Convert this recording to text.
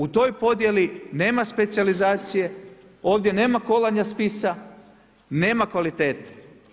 U toj podjeli nema specijalizacije, ovdje nema kolanja spisa, nema kvalitete.